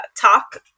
talk